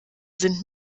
sind